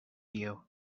you